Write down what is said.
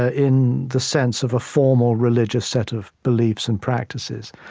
ah in the sense of a formal religious set of beliefs and practices,